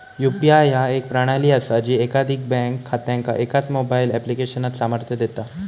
UPI ह्या एक प्रणाली असा जी एकाधिक बँक खात्यांका एकाच मोबाईल ऍप्लिकेशनात सामर्थ्य देता